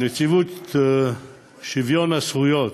נציבות שוויון זכויות